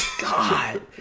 god